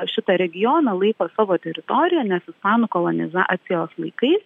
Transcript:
šitą regioną laiko savo teritorija nes ispanų kolonizacijos laikais